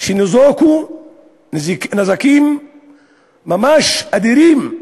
שניזוקו נזקים ממש אדירים.